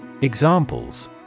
Examples